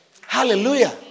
Hallelujah